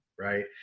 Right